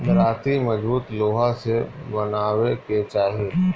दराँती मजबूत लोहा से बनवावे के चाही